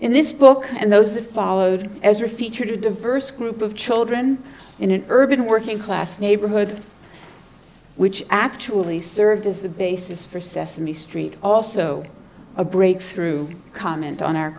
in this book and those that followed as we featured a diverse group of children in an urban working class neighborhood which actually served as the basis for sesame street also a breakthrough comment on our